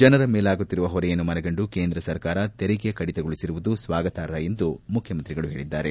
ಜನರ ಮೇಲಾಗುತ್ತಿರುವ ಹೊರೆಯನ್ನು ಮನಗಂಡು ಕೇಂದ್ರ ಸರ್ಕಾರ ತೆರಿಗೆ ಕಡಿತಗೊಳಿಸಿರುವುದು ಸ್ವಾಗತಾರ್ಪ ಎಂದು ಮುಖ್ಯಮಂತ್ರಿಗಳು ಹೇಳಿದ್ದಾರೆ